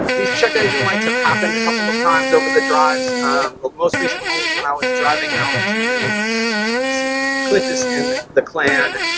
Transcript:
these check engine lights have happened a couple of times over the drives. the most recent one was when i was driving out to see clintus and the clan